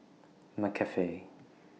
McCafe